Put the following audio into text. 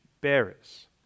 bearers